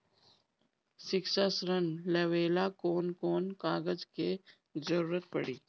शिक्षा ऋण लेवेला कौन कौन कागज के जरुरत पड़ी?